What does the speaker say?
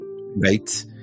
Right